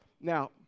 Now